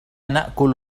نأكل